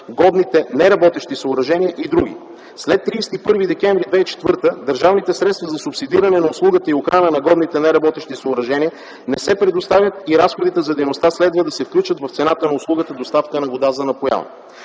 годните неработещи съоръжения и други. След 31 декември 2004 г. държавните средства за субсидиране на услугата и охрана на годните неработещи съоръжения не се предоставят и разходите за дейността следва да се включат в цената на услугата доставка на вода за напояване.